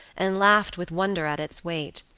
and laughed with wonder at its weight.